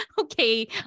okay